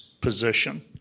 position